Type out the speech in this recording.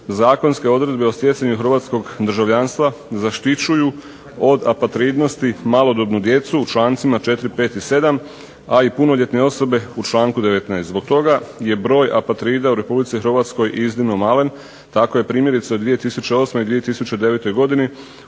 Zakonske odredbe o stjecanju hrvatskog državljanstva zaštićuju od apatridnosti malodobnu djecu u člancima 4., 5. i 7., a i punoljetne osobe u članku 19. Zbog toga je broj apatrida u Republici Hrvatskoj iznimno malen. Tako je primjerice u 2008. i 2009. godini